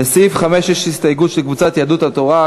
לסעיף 5 יש הסתייגות של קבוצת יהדות התורה,